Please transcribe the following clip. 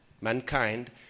mankind